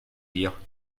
dire